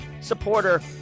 supporter